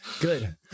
Good